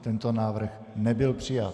Tento návrh nebyl přijat.